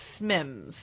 Smims